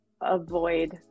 avoid